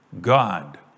God